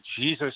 Jesus